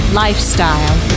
lifestyle